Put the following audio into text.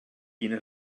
quina